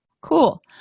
cool